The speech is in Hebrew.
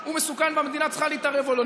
הוא מסוכן והמדינה צריכה להתערב או לא.